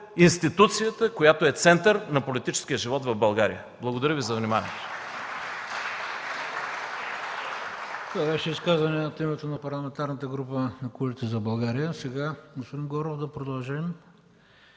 институцията, която е център на политическия живот в България. Благодаря Ви за вниманието.